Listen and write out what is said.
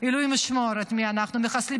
אלוהים ישמור, את מי אנחנו מחסלים.